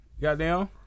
Goddamn